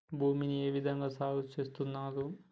భూమిని ఏ విధంగా సాగు చేస్తున్నారు?